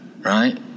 right